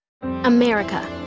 America